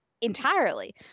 entirely